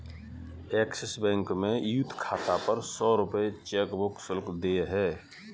axis Bank में youth खाता पर सौ रूपये चेकबुक शुल्क देय है